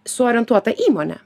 suorientuota įmonė